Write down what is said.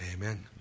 amen